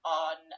on